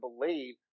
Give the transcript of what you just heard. believe